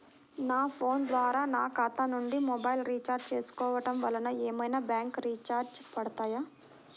నా ఫోన్ ద్వారా నా ఖాతా నుండి మొబైల్ రీఛార్జ్ చేసుకోవటం వలన ఏమైనా బ్యాంకు చార్జెస్ పడతాయా?